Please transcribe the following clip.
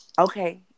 okay